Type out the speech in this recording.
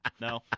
no